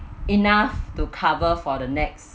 enough to cover for the next